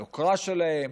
היוקרה שלהם,